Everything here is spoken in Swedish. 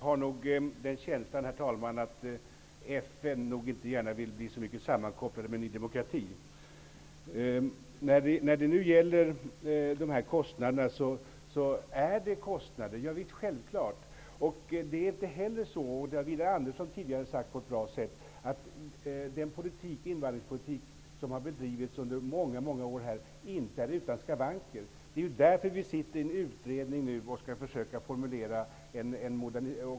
Herr talman! Jag har en känsla av att FN inte gärna vill bli sammankopplat med Ny demokrati. Det är självklart att det är kostnader. Det är inte heller så -- det har Widar Andersson tidigare sagt på ett bra sätt -- att den invandringspolitik som har bedrivits under många år är utan skavanker. Det är därför som vi nu har en utredning som skall försöka modernisera den.